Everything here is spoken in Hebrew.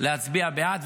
להצביע בעד.